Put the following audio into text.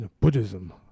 Buddhism